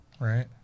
Right